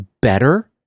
better